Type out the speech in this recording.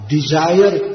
Desire